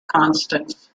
constants